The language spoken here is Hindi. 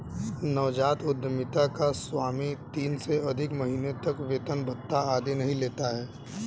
नवजात उधमिता का स्वामी तीन से अधिक महीने तक वेतन भत्ता आदि नहीं लेता है